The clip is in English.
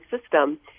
system